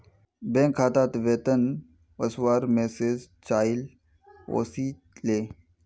bank खातात वेतन वस्वार मैसेज चाइल ओसीले